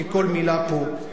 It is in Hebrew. כי כל מלה פה,